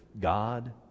God